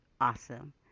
awesome